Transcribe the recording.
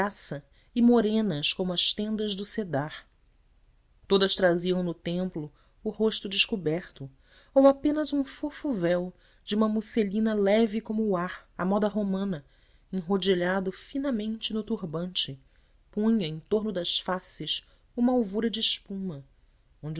graça e morenas como as tendas do cedar todas traziam no templo o rosto descoberto ou apenas um fofo véu de uma musselina leve como ar à moda romana enrodilhado finamente no turbante punha em torno das faces uma alvura de espuma